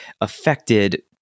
affected